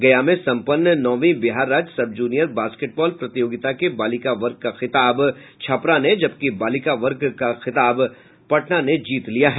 गया में सम्पन्न नौंवी बिहार राज्य सब जूनियर बास्केटबॉल प्रतियोगिता के बालक वर्ग का खिताब छपरा ने जबकि बालिका वर्ग का खिताब पटना ने जीत लिया है